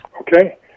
Okay